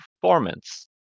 performance